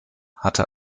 hatte